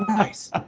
nice. ah